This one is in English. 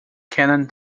canon